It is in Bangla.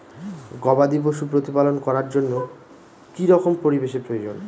গবাদী পশু প্রতিপালন করার জন্য কি রকম পরিবেশের প্রয়োজন?